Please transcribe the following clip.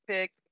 pick